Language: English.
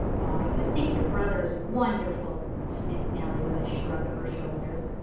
you think your brother is wonderful, sniffed nellie, with a shrug of her shoulders.